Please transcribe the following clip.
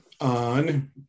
on